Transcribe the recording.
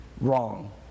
Wrong